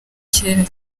kenya